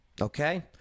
Okay